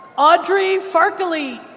audrey farqaleet.